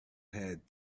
had